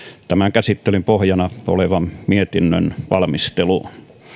tämän käsittelyn pohjana olevan mietinnön valmisteluun